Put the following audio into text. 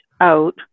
out